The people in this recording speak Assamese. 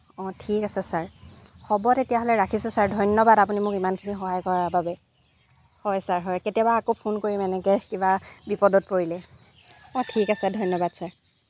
অঁ ঠিক আছে ছাৰ হ'ব তেতিয়াহ'লে ৰাখিছোঁ ছাৰ ধন্যবাদ আপুনি মোক ইমানখিনি সহায় কৰাৰ বাবে হয় ছাৰ হয় কেতিয়াবা আকৌ ফোন কৰিম এনেকৈ কিবা বিপদত পৰিলে অঁ ঠিক আছে ধন্যবাদ ছাৰ